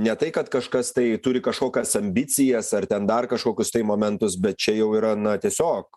ne tai kad kažkas tai turi kažkokias ambicijas ar ten dar kažkokius tai momentus bet čia jau yra na tiesiog